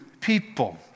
people